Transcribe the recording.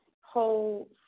whole